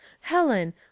Helen